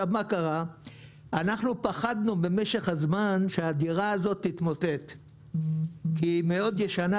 אנחנו פחדנו במשך הזמן שהדירה הזאת תתמוטט כי היא מאוד ישנה,